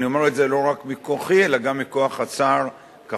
אני אומר את זה לא רק מכוחי אלא גם מכוח השר כחלון,